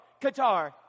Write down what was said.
Qatar